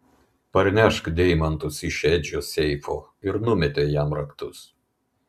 parnešk deimantus iš edžio seifo ir numetė jam raktus